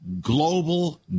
global